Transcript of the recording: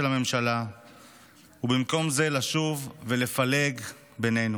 הממשלה ובמקום זה לשוב ולפלג בינינו.